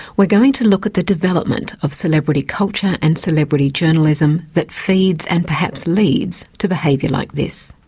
we're going to look at the development of celebrity culture and celebrity journalism that feeds and perhaps leads, to behaviour like this.